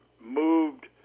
moved